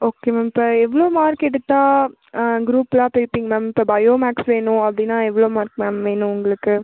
okay ma'am இப்போ எவ்வளோ mark எடுத்தால் குரூப்லாம் பிரிப்பிங்க மேம் இப்போ பையோமேக்ஸ் வேணும் அப்படினா எவ்வளோ மார்க் மேம் வேணும் உங்களுக்கு